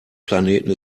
planeten